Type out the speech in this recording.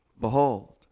behold